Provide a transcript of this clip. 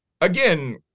again